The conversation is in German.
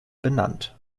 benannt